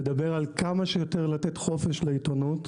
מדבר על כמה שיותר לתת חופש לעיתונות,